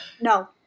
No